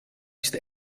ist